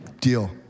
Deal